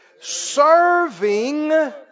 Serving